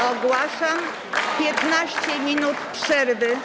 Ogłaszam 15 minut przerwy.